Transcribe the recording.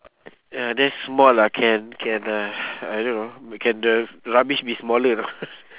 uh then small ah can can uh I don't know can the rubbish be smaller or not